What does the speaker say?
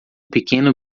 pequeno